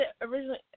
originally